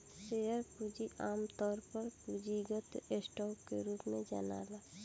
share पूंजी आमतौर पर पूंजीगत स्टॉक के रूप में जनाला